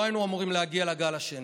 לא היינו אמורים להגיע לגל השני,